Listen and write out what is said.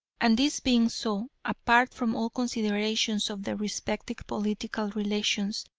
and this being so, apart from all considerations of their respective political relations,